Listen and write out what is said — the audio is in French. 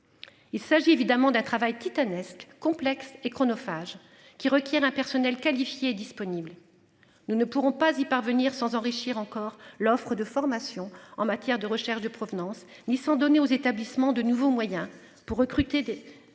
Il s'agit évidemment d'un travail titanesque complexe et chronophage qui requiert un personnel qualifié disponible. Nous ne pourrons pas y parvenir sans enrichir encore l'offre de formation en matière de recherche de provenance ni sans donner aux établissements de nouveaux moyens pour recruter des, des